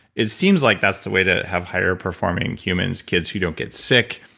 it seems like that's the way to have higher performing humans, kids who don't get sick,